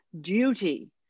duty